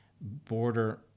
border